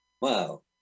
Wow